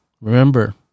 Remember